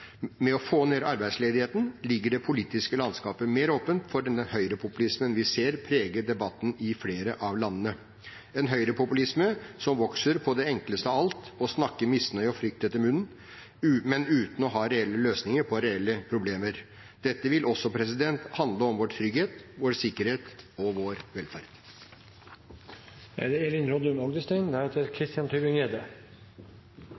med å få ned arbeidsledigheten, ligger det politiske landskapet mer åpent for den høyrepopulismen vi ser preger debatten i flere av landene, en høyrepopulisme som vokser på det enkleste av alt: å snakke misnøye og frykt etter munnen, men uten å ha reelle løsninger på reelle problemer. Dette vil også handle om vår trygghet, vår sikkerhet og vår velferd.